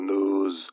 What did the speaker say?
News